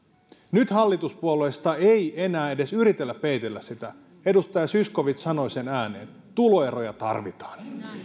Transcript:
nyt hallituspuolueista ei enää edes yritellä peitellä sitä edustaja zyskowicz sanoi sen ääneen että tuloeroja tarvitaan